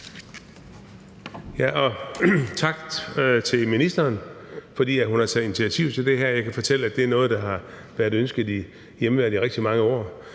tak til ministeren, fordi hun har taget initiativ til det her. Jeg kan fortælle, at det er noget, der har været ønsket i hjemmeværnet i rigtig mange år.